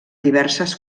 diverses